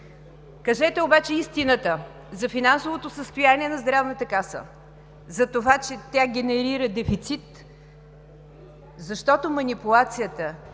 Кажете обаче истината за финансовото състояние на Здравната каса, за това, че тя генерира дефицит, защото манипулацията,